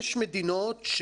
יש מדינות,